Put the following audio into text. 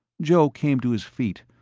joe came to his feet,